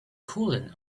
cooling